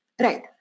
right